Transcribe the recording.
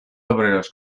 obreros